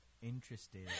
interested